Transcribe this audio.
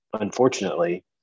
unfortunately